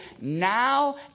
now